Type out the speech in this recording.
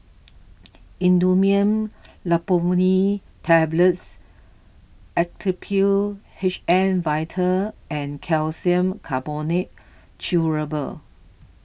Imodium Loperamide Tablets Actrapid H M Vital and Calcium Carbonate Chewable